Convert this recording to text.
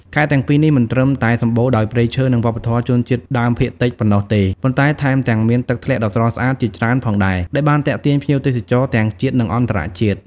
ខេត្តទាំងពីរនេះមិនត្រឹមតែសម្បូរដោយព្រៃឈើ និងវប្បធម៌ជនជាតិដើមភាគតិចប៉ុណ្ណោះទេ ប៉ុន្តែថែមទាំងមានទឹកធ្លាក់ដ៏ស្រស់ស្អាតជាច្រើនផងដែរ ដែលបានទាក់ទាញភ្ញៀវទេសចរទាំងជាតិ និងអន្តរជាតិ។